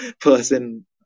person